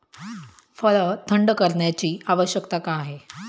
फळ थंड करण्याची आवश्यकता का आहे?